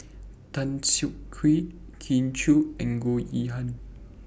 Tan Siak Kew Kin Chui and Goh Yihan